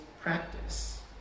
practice